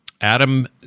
adam